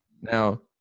Now